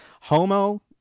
Homo